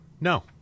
No